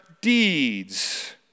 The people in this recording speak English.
deeds